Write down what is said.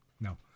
No